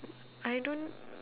I don't